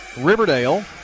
Riverdale